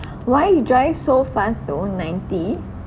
why you drive so fast though ninety